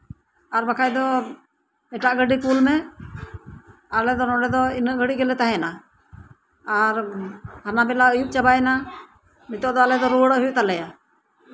ᱟᱨ ᱵᱟᱝᱠᱷᱟᱱ ᱫᱚ ᱮᱴᱟᱜ ᱜᱟᱹᱰᱤ ᱠᱩᱞᱢᱮ ᱟᱞᱮ ᱫᱚ ᱱᱚᱰᱮ ᱫᱚ ᱩᱱᱟᱹᱜ ᱜᱷᱟᱹᱲᱤᱡ ᱜᱮᱞᱮ ᱛᱟᱸᱦᱮᱱᱟ ᱟᱞᱮ ᱫᱚ ᱱᱚᱰᱮ ᱫᱚ ᱤᱱᱟᱹᱜ ᱜᱷᱟᱹᱲᱤᱡ ᱜᱮᱞᱮ ᱛᱟᱸᱦᱮᱱᱟ ᱟᱨ ᱦᱟᱱᱟ ᱵᱮᱞᱟ ᱟᱹᱭᱩᱵ ᱪᱟᱵᱟᱭᱱᱟ ᱱᱤᱛᱚᱜ ᱫᱚ ᱟᱞᱮ ᱫᱚ ᱨᱩᱣᱟᱹᱲᱚᱜ ᱦᱩᱭᱩᱜ ᱛᱟᱞᱮᱭᱟ